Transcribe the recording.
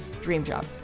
DreamJob